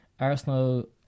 Arsenal